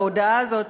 בהודעה הזאת,